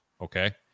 okay